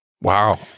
Wow